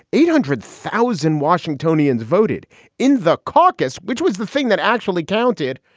eight hundred thousand washingtonians voted in the caucus, which was the thing that actually counted.